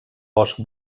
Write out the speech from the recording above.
bosc